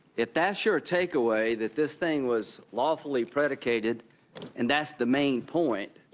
if that's your takeaway that this thing was lawfully predicated and that's the main point,